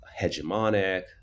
hegemonic